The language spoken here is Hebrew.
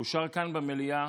אושרה כאן במליאה